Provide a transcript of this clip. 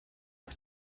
auf